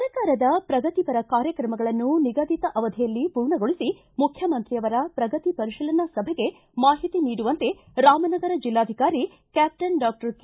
ಸರ್ಕಾರದ ಪ್ರಗತಿಪರ ಕಾರ್ಯಕ್ರಮಗಳನ್ನು ನಿಗದಿತ ಅವಧಿಯಲ್ಲಿ ಪೂರ್ಣಗೊಳಿಸಿ ಮುಖ್ಯಮಂತ್ರಿಯವರ ಪ್ರಗತಿ ಪರಿಶೀಲನಾ ಸಭೆಗೆ ಮಾಹಿತಿ ನೀಡುವಂತೆ ರಾಮನಗರ ಜಿಲ್ಲಾಧಿಕಾರಿ ಕ್ವಾಪ್ಟನ್ ಡಾಕ್ಟರ್ ಕೆ